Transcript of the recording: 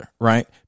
Right